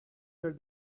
your